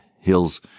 hills